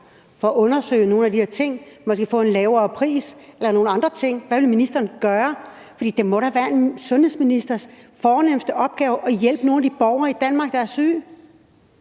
for at undersøge nogle af de her ting – måske få en lavere pris eller nogle andre ting? Hvad vil ministeren gøre? Det må da være en sundhedsministers fornemste opgave at hjælpe nogle af de borgere i Danmark, der er syge.